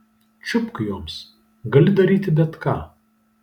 čiupk joms gali daryti bet ką